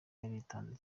yaritanze